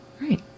Right